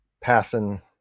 passing